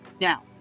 Now